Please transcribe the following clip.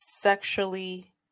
sexually